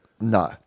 No